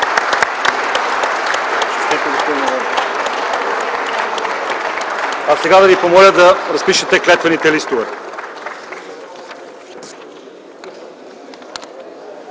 А сега да ви помоля да разпишете клетвените листове.